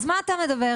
אז מה אתה מדבר?